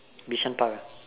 Bishan park